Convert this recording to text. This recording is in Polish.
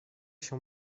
się